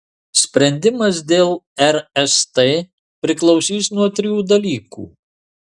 sprendimas dėl rst priklausys nuo trijų dalykų